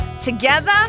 together